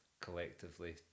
collectively